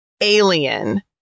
alien